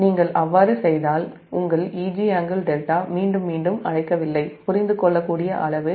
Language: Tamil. நீங்கள் அவ்வாறு செய்தால் உங்கள் |Eg|∟δ மீண்டும் மீண்டும் அழைக்கவில்லை புரிந்து கொள்ளக்கூடிய அளவு |Eg|∟δ1